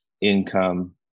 income